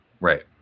Right